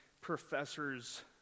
professors